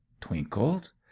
twinkled